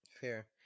Fair